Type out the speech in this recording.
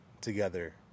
together